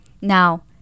now